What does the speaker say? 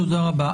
תודה רבה.